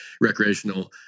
recreational